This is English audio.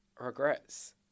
regrets